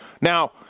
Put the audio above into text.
Now